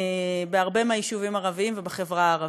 בהרבה מהיישובים הערביים ובחברה הערבית.